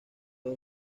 dos